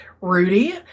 Rudy